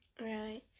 Right